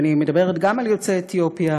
ואני מדברת גם על יוצאי אתיופיה,